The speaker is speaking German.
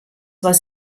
was